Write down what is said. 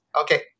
Okay